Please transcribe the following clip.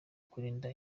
kurinda